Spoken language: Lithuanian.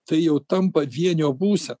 tai jau tampa vienio būsena